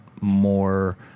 more